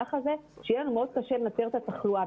המהלך הזה שיהיה לנו קשה לעצור את התחלואה.